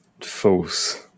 False